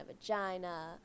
vagina